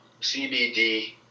CBD